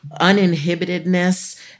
uninhibitedness